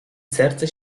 serce